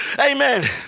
Amen